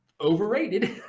overrated